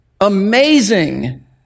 amazing